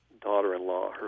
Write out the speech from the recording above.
daughter-in-law